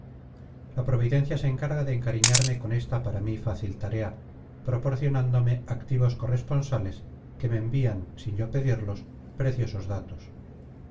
la providencia se encarga de encariñarme con esta para mi fácil tarea proporcionándome activos corresponsales que me envían sin yo pedirlos preciosos datos